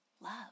Love